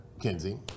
kenzie